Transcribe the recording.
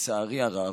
לצערי הרב,